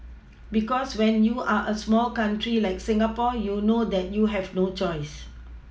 because when you are a small country like Singapore you know that you have no choice